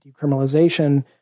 decriminalization